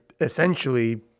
essentially